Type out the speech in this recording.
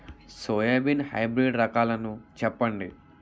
Soybean hybrid రకాలను చెప్పండి?